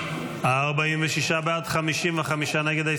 46 בעד, 55 נגד.